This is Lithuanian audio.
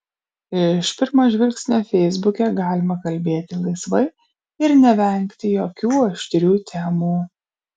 iš pirmo žvilgsnio feisbuke galima kalbėti laisvai ir nevengti jokių aštrių temų